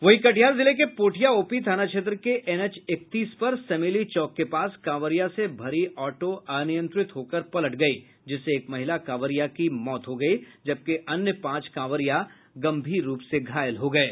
वहीं कटिहार जिले के पोठिया ओपी थाना क्षेत्र के एनएच इकतीस पर समेली चौक के पास काँवरिया से भरी ऑटो अनियंत्रित होकर पलट गई जिससे एक महिला काँवरिया की मौत हो गई जबकि अन्य पांच कांवरिया गंभीर रूप से घायल हो गए हैं